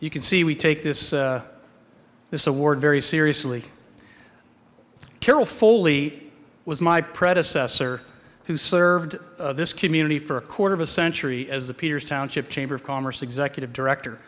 you can see we take this this award very seriously carol foley was my predecessor who served this community for a quarter of a century as the peters township chamber of commerce executive director